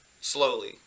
slowly